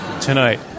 tonight